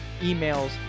emails